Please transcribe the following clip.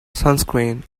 sunscreen